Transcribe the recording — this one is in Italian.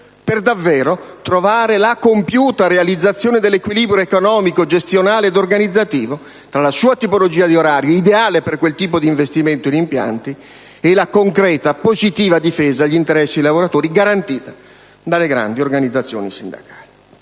per davvero la compiuta realizzazione dell'equilibrio economico, gestionale ed organizzativo tra la sua tipologia di orari, ideale per quel tipo di investimento in impianti, e la concreta positiva difesa degli interessi dei lavoratori, garantita dalle grandi organizzazioni sindacali.